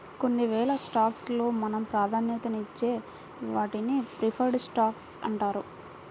కొన్నివేల స్టాక్స్ లో మనం ప్రాధాన్యతనిచ్చే వాటిని ప్రిఫర్డ్ స్టాక్స్ అంటారు